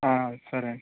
సరే అండి